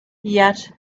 yet